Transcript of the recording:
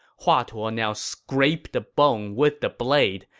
hua tuo ah now scraped the bone with the blade,